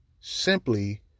simply